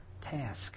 task